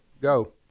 Go